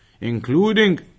including